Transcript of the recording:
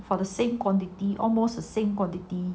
for the same quantity almost the same quality